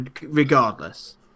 regardless